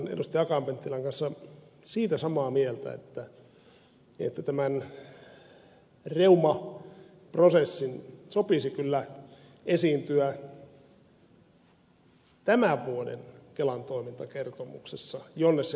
akaan penttilän kanssa siitä samaa mieltä että tämän reuma prosessin sopisi kyllä esiintyä tämän vuoden kelan toimintakertomuksessa jonne se kuuluu